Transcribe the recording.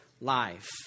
life